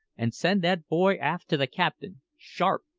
and send that boy aft to the captain sharp!